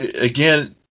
again